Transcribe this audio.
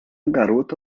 garota